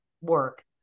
work